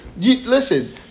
Listen